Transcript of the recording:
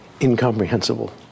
incomprehensible